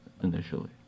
Initially